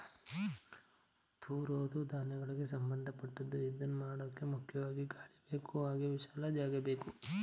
ತೂರೋದೂ ಧಾನ್ಯಗಳಿಗೆ ಸಂಭಂದಪಟ್ಟದ್ದು ಇದ್ನಮಾಡೋಕೆ ಮುಖ್ಯವಾಗಿ ಗಾಳಿಬೇಕು ಹಾಗೆ ವಿಶಾಲ ಜಾಗಬೇಕು